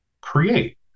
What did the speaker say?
create